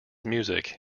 music